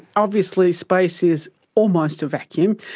obviously space is almost a vacuum,